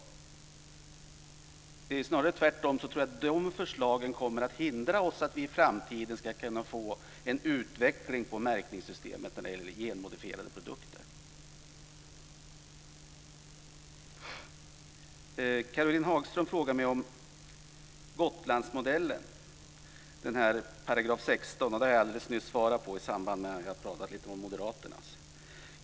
Jag tror snarare tvärtom att de förslagen kommer att hindra att vi i framtiden ska kunna få en utveckling av märkningssystemet när det gäller genmodifierade produkter. Caroline Hagström frågade mig om Gotlandsmodellen, dvs. § 16, och det har jag alldeles nyss svarat på i samband med att jag pratade om moderaterna.